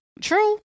True